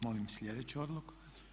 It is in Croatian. Molim sljedeću odluku.